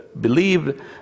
believed